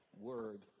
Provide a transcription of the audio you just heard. word